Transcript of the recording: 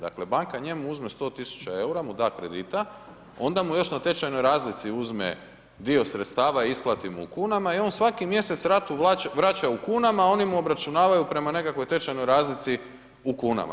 Dakle banka njemu uzme 100 tisuća eura mu da kredita, onda mu još na tečajnoj razlici uzme dio sredstava, isplati mu u kunama i on svaki mjesec ratu vraća u kunama a oni mu obračunavaju prema nekakvoj tečajnoj razlici u kunama.